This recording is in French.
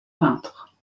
peintre